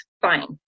fine